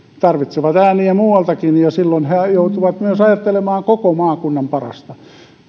tarvitsevat ääniä muualtakin ja silloin he joutuvat myös ajattelemaan koko maakunnan parasta